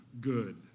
good